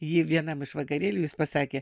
jį vienam iš vakarėlių jis pasakė